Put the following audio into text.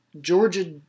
Georgia